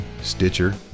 Stitcher